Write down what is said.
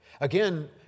Again